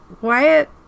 Wyatt